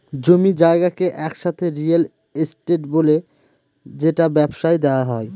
জমি জায়গাকে একসাথে রিয়েল এস্টেট বলে যেটা ব্যবসায় দেওয়া হয়